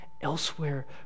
elsewhere